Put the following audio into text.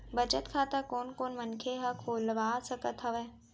बचत खाता कोन कोन मनखे ह खोलवा सकत हवे?